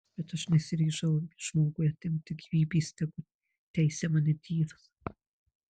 bet aš nesiryžau žmogui atimti gyvybės tegu teisia mane dievas